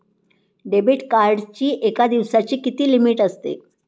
Debit कार्डची एका दिवसाची किती लिमिट असते?